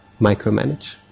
micromanage